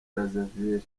brazzaville